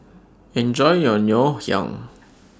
Enjoy your Ngoh Hiang